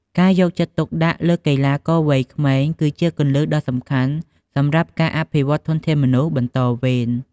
ការយកចិត្តទុកដាក់លើកីឡាករវ័យក្មេងគឺជាគន្លឹះដ៏សំខាន់សម្រាប់ការអភិវឌ្ឍធនធានមនុស្សបន្តវេន។